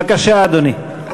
בבקשה, אדוני.